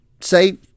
say